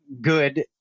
good